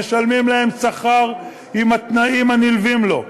משלמים להם שכר עם התנאים הנלווים לו: